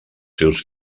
seus